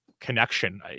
connection